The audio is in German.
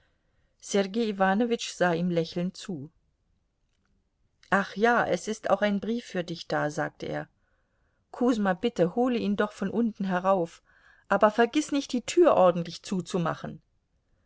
sergei iwanowitsch sah ihm lächelnd zu ach ja es ist auch ein brief für dich da sagte er kusma bitte hole ihn doch von unten herauf aber vergiß nicht die tür ordentlich zuzumachen